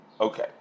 Okay